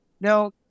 Now